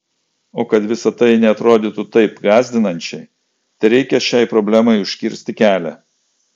o kad visa tai neatrodytų taip gąsdinančiai tereikia šiai problemai užkirsti kelią